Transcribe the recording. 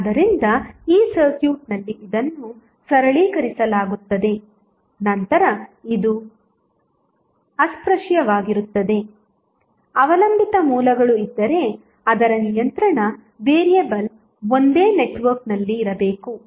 ಆದ್ದರಿಂದ ಈ ಸರ್ಕ್ಯೂಟ್ನಲ್ಲಿ ಇದನ್ನು ಸರಳೀಕರಿಸಲಾಗುತ್ತದೆ ನಂತರ ಇದು ಅಸ್ಪೃಶ್ಯವಾಗಿರುತ್ತದೆ ಅವಲಂಬಿತ ಮೂಲಗಳು ಇದ್ದರೆ ಅದರ ನಿಯಂತ್ರಣ ವೇರಿಯಬಲ್ ಒಂದೇ ನೆಟ್ವರ್ಕ್ನಲ್ಲಿರಬೇಕು